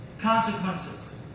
Consequences